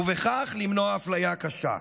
ובכך למנוע אפליה קשה".